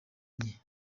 enye